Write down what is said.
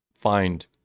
find